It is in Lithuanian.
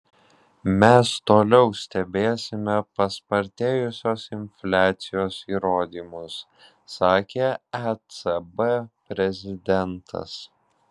mes toliau stebėsime paspartėjusios infliacijos įrodymus sakė ecb prezidentas